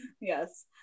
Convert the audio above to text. yes